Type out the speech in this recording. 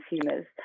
consumers